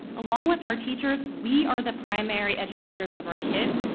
along with our teachers we are the primary educators of our kids,